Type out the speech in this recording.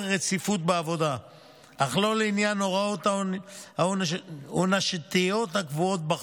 רציפות בעבודה אך לא לעניין ההוראות העונשיות הקבועות בחוק.